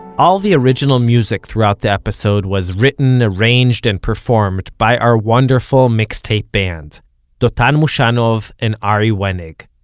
all the original music throughout the episode was written, arranged and performed by our wonderful mixtape band dotan moshanov and ari wenig,